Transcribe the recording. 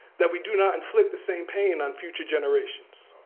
that we do not inflict the same pain on future generations.